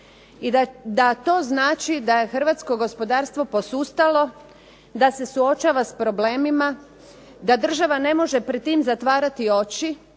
i da to znači da je hrvatsko gospodarstvo posustalo, da se suočava s problemima, da država ne može pred tim zatvarati oči